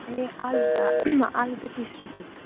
ए आलु त आलु त तिस रुपियाँ